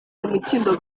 umukindo